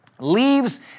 leaves